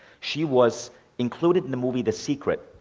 she was included in the movie, the secret,